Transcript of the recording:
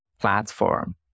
platform